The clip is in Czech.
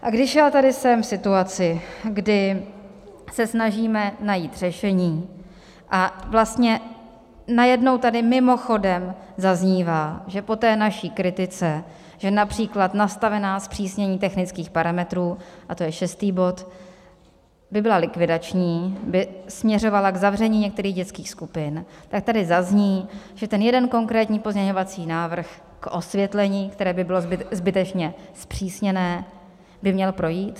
A když já tady jsem v situaci, kdy se snažíme najít řešení, a vlastně najednou tady mimochodem zaznívá, že po té naší kritice například nastavená zpřísnění technických parametrů, a to je šestý bod, by byla likvidační, by směřovala k zavření některých dětských skupin, tak tady zazní, že ten jeden konkrétní pozměňovací návrh k osvětlení, které by bylo zbytečně zpřísněné, by měl projít.